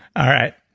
all right.